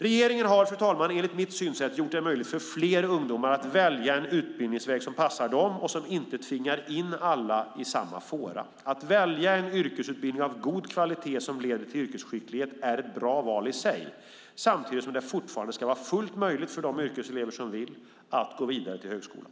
Regeringen har enligt mitt synsätt gjort det möjligt för fler ungdomar att välja en utbildningsväg som passar dem och som inte tvingar in alla i samma fåra. Att välja en yrkesutbildning av god kvalitet som leder till yrkeskicklighet är ett bra val i sig, samtidigt som det fortfarande ska vara fullt möjligt för de yrkeselever som så vill att gå vidare till högskolan.